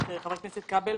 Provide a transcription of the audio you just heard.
חבר הכנסת כבל,